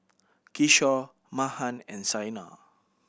Kishore Mahan and Saina